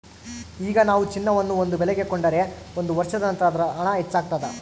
ಈಗ ನಾವು ಚಿನ್ನವನ್ನು ಒಂದು ಬೆಲೆಗೆ ಕೊಂಡುಕೊಂಡರೆ ಒಂದು ವರ್ಷದ ನಂತರ ಅದರ ಹಣ ಹೆಚ್ಚಾಗ್ತಾದ